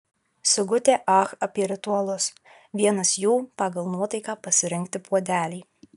sigutė ach apie ritualus vienas jų pagal nuotaiką pasirinkti puodelį